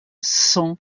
cent